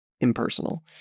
impersonal